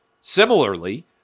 Similarly